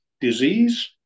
disease